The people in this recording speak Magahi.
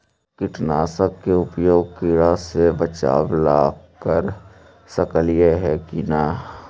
कीटनाशक के उपयोग किड़ा से बचाव ल कर सकली हे की न?